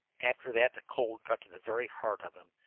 after that the cold got to the very heart of him.